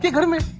yeah hanuman